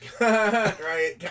right